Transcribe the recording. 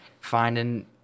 finding